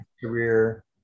career